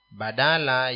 badala